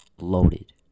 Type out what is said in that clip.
Loaded